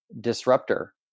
disruptor